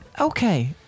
okay